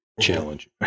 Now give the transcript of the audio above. challenge